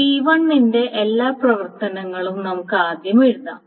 T 1 ന്റെ എല്ലാ പ്രവർത്തനങ്ങളും നമുക്ക് ആദ്യം എഴുതാം